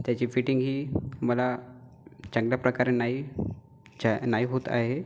त्याची फिटिंगही मला चांगल्याप्रकारे नाही चा नाही होत आहे